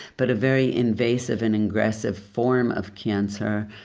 but a very invasive and aggressive form of cancer,